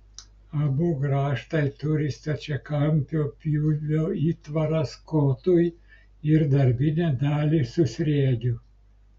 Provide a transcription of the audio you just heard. abu grąžtai turi stačiakampio pjūvio įtvaras kotui ir darbinę dalį su sriegiu